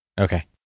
Okay